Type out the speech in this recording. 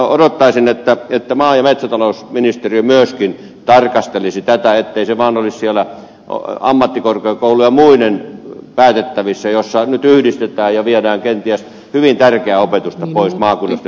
odottaisin että maa ja metsätalousministeriö myöskin tarkastelisi tätä ettei se vaan olisi siellä ammattikorkeakoulujen ja muiden päätettävissä jossa nyt yhdistetään ja viedään kenties hyvin tärkeää opetusta pois maakunnasta jossa sitä tarvitaan